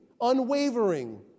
unwavering